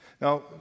Now